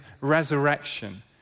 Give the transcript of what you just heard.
resurrection